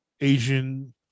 Asian